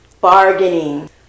Bargaining